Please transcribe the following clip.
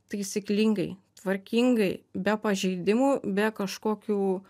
taisyklingai tvarkingai be pažeidimų be kažkokių